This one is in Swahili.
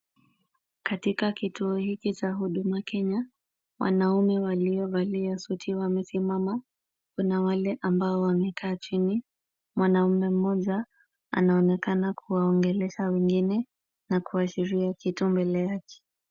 Katika kituo hiki cha Huduma Kenya, wanaume waliovalia suti wamesimama, kuna wale ambao wamekaa chini. Mwanaume mmoja anaonekana kuwaongelesha wengine na kuwashiria kitu mbele yake.